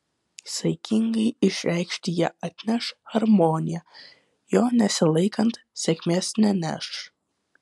saikingai išreikšti jie atneš harmoniją jo nesilaikant sėkmės neneš